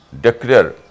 declare